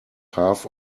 half